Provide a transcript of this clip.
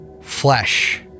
flesh